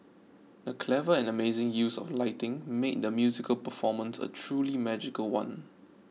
the clever and amazing use of lighting made the musical performance a truly magical one